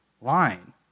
line